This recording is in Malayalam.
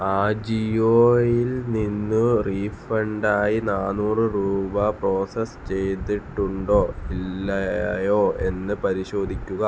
അജിയോയിൽ നിന്ന് റീഫണ്ടായി നാനൂറ് രൂപ പ്രോസസ്സ് ചെയ്തിട്ടുണ്ടോ ഇല്ലയോ എന്ന് പരിശോധിക്കുക